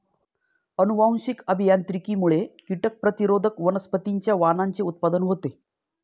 अनुवांशिक अभियांत्रिकीमुळे कीटक प्रतिरोधक वनस्पतींच्या वाणांचे उत्पादन होते